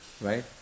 Right